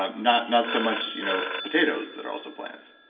um not not so much you know potatoes that are also plants